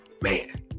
man